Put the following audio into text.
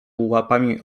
łapami